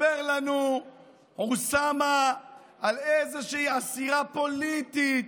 מספר לנו אוסאמה על איזושהי אסירה פוליטית.